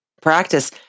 practice